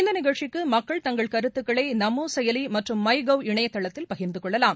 இந்த நிகழ்ச்சிக்கு மக்கள் தங்கள் கருத்துக்களை நமோ செயலி மற்றும் மை கவ் இணையதளத்தில் பகிர்ந்து கொள்ளலாம்